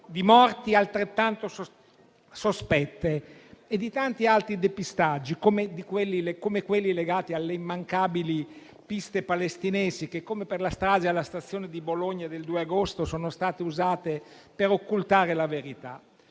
di morti altrettanto sospette e di tanti altri depistaggi, come quelli legati alle immancabili piste palestinesi che, come per la strage alla stazione di Bologna del 2 agosto, sono state usate per occultare la verità.